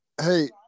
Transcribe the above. Hey